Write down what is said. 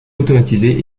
automatisé